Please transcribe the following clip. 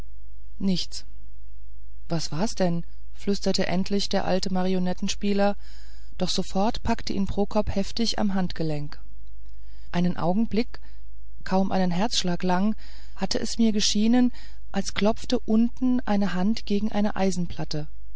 nichts was war's denn flüsterte endlich der alte marionettenspieler doch sofort packte ihn prokop heftig beim handgelenk einen augenblick kaum einen herzschlag lang hatte es mir geschienen als klopfte da unten eine hand gegen eine